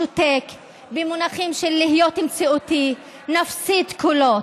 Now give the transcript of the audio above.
שותק במונחים של להיות מציאותי: נפסיד קולות,